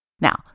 Now